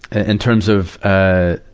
ah in terms of, ah,